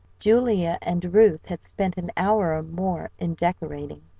julia and ruth had spent an hour or more in decorating.